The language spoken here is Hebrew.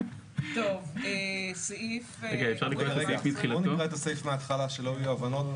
בואו נקרא את הסעיף מהתחלה, שלא יהיו אי הבנות.